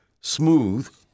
smooth